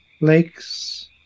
lakes